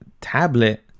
tablet